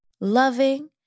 loving